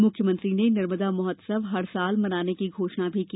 मुख्यमंत्री ने नर्मदा महोत्सव हर साल मनाने की घोषणा भी की